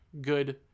good